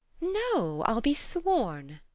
no, i'll be sworn.